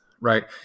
right